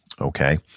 okay